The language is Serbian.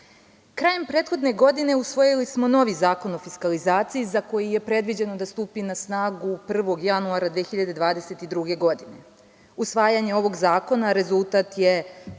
prethodne godine usvojili smo novi Zakon o fiskalizaciji za koji je predviđeno da stupi na snagu 1. januara 2022. godine. Usvajanje ovog zakona rezultat je